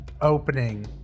opening